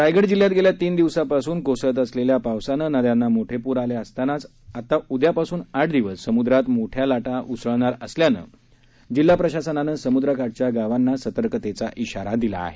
रायगड जिल्हयात गेल्या तीन दिवसांपासून कोसळत असलेल्या पावसानं नद्यांना मोठे पूर आले असतानाच आता उद्यापासून आठ दिवस समुद्रात मोठ्या लाटा उसळणार असल्याने जिल्हा प्रशासनाने समुद्र काठच्या गावांना सतर्कतेचा इशारा दिला आहे